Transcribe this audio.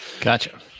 gotcha